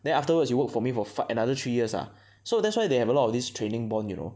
then afterwards you work for me for five another three years ah so that's why they have a lot of this training bond you know